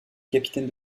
capitaine